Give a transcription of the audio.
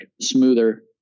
smoother